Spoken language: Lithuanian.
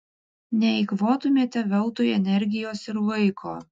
neeikvotumėte veltui energijos ir laiko